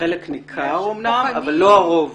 חלק ניכר אמנם אבל לא הרוב.